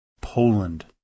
Poland